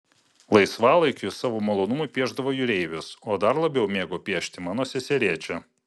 laisvalaikiu jis savo malonumui piešdavo jūreivius o dar labiau mėgo piešti mano seserėčią